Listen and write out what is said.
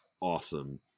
awesome